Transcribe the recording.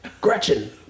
Gretchen